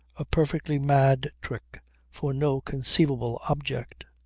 a perfectly mad trick for no conceivable object!